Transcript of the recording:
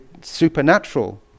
supernatural